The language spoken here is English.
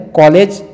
college